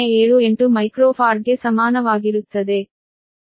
02078 ಮೈಕ್ರೋಫಾರ್ಡ್ಗೆ ಸಮಾನವಾಗಿರುತ್ತದೆ